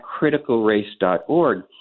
criticalrace.org